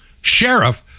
sheriff